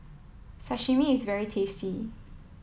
Sashimi is very tasty